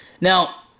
Now